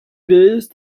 base